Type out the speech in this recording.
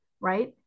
right